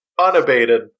unabated